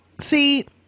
see